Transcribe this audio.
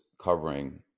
covering